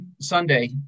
Sunday